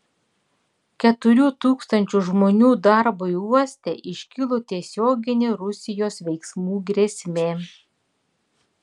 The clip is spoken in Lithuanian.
keturių tūkstančių žmonių darbui uoste iškilo tiesioginė rusijos veiksmų grėsmė